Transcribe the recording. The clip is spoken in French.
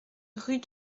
rue